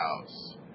house